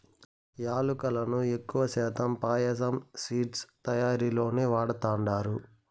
యాలుకలను ఎక్కువ శాతం పాయసం, స్వీట్స్ తయారీలోనే వాడతండారు